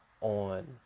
on